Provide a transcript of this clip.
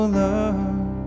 love